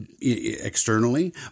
externally